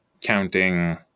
counting